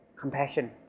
compassion